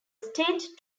state